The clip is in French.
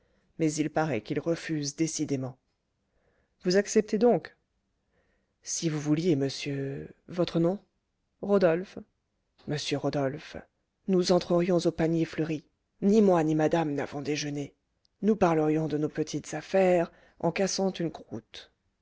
mais il paraît qu'il refuse décidément vous acceptez donc si vous vouliez monsieur votre nom rodolphe monsieur rodolphe nous entrerions au panier fleuri ni moi ni madame nous n'avons déjeuné nous parlerions de nos petites affaires en cassant une croûte